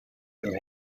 dem